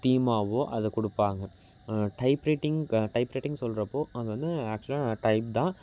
தீம்மாவோ அதை கொடுப்பாங்க type writing க டைப் ரைட்டிங் சொல்கிறப்போ அங்கே வந்து ஆக்சுவலாக டைப் தான்